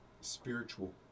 spiritual